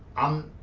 i'm